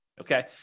Okay